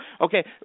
okay